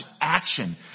action